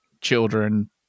children